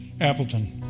Appleton